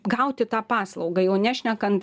gauti tą paslaugą jau nešnekant